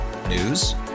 News